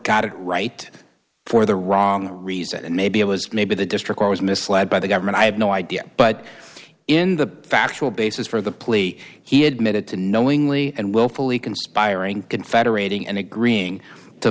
got it right for the wrong reason and maybe it was maybe the district i was misled by the government i have no idea but in the factual basis for the plea he admitted to knowingly and willfully conspiring in federating and agreeing to